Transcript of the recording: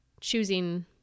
choosing